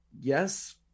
yes